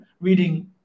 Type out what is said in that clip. reading